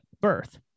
birth